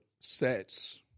sets